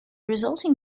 resulting